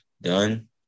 done